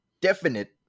definite